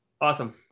Awesome